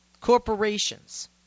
Corporations